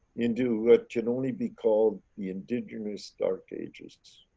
into what can only be called the indigenous dark ages.